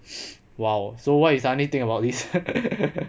!wow! so why you suddenly think about this